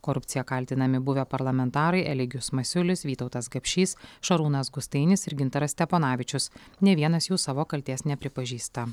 korupcija kaltinami buvę parlamentarai eligijus masiulis vytautas gapšys šarūnas gustainis ir gintaras steponavičius nė vienas jų savo kaltės nepripažįsta